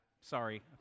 Sorry